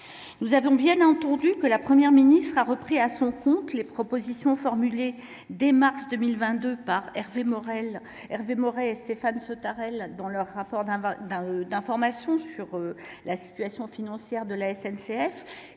Nous avons bien entendu la Première ministre reprendre à son compte, à la suite du COI, les propositions formulées dès mars 2022 par Hervé Maurey et Stéphane Sautarel dans leur rapport d’information sur la situation financière de la SNCF.